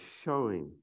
showing